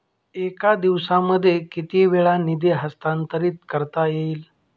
एका दिवसामध्ये किती वेळा निधी हस्तांतरीत करता येईल?